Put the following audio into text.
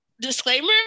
disclaimer